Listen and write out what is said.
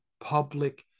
public